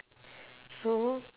so